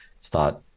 start